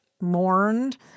mourned